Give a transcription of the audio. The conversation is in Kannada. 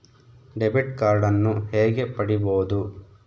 ಡೆಬಿಟ್ ಕಾರ್ಡನ್ನು ಹೇಗೆ ಪಡಿಬೋದು?